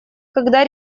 когда